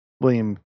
William